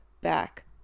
back